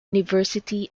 university